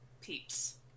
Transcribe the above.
Peeps